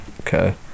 Okay